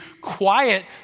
quiet